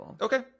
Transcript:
Okay